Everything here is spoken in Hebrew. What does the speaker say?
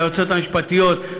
ליועצות המשפטיות,